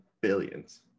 billions